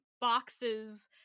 boxes